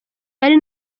ari